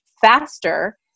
faster